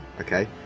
Okay